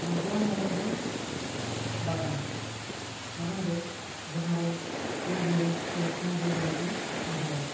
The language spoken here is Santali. ᱵᱟᱜᱟᱣᱟᱱ ᱢᱮᱱᱮᱛ ᱫᱚ ᱵᱟᱜᱟᱱ ᱵᱟᱜᱟᱱ ᱫᱚ ᱡᱟᱦᱟᱸ ᱨᱮ ᱩᱞ ᱫᱟᱨᱮ ᱥᱮ ᱥᱚᱱᱟ ᱡᱷᱚᱨᱤ ᱫᱟᱨᱮ ᱠᱚ ᱨᱚᱦᱚᱭᱟ